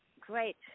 great